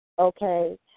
Okay